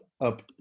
up